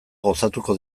gozatuko